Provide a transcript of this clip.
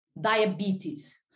diabetes